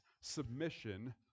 submission